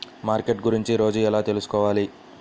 Market గురించి రోజు ఎలా తెలుసుకోవాలి?